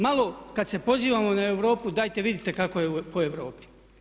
Malo kad se pozivamo na Europu dajte vidite kako je po Europi.